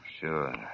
Sure